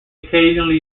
occasionally